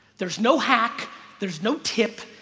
there's no hack there's no tip.